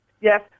Yes